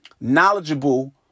knowledgeable